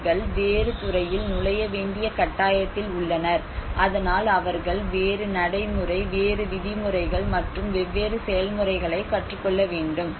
அவர்கள் வேறு துறையில் நுழைய வேண்டிய கட்டாயத்தில் உள்ளனர் அதனால் அவர்கள் வேறு நடைமுறை வேறு விதிமுறைகள் மற்றும் வெவ்வேறு செயல்முறைகளை கற்றுக்கொள்ள வேண்டும்